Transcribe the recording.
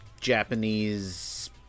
japanese